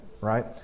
right